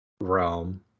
realm